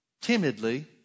timidly